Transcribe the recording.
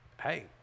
hey